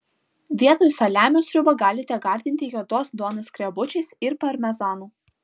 vietoj saliamio sriubą galite gardinti juodos duonos skrebučiais ir parmezanu